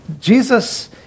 Jesus